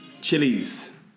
chilies